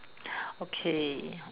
okay